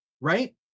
right